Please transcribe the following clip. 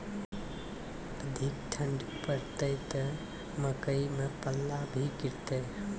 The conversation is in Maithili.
अधिक ठंड पर पड़तैत मकई मां पल्ला भी गिरते?